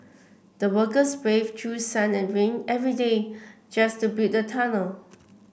the workers braved through sun and rain every day just to build the tunnel